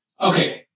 Okay